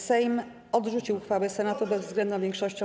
Sejm odrzucił uchwałę Senatu bezwzględną większością głosów.